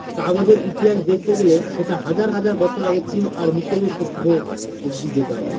কাগজের ইতিহাস দেখতে গেলে সেটা হাজার হাজার বছর আগে চীন আর মিসরীয় সভ্য অব্দি যেতে হবে